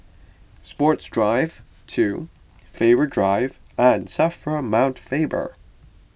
Sports Drive two Faber Drive and Safra Mount Faber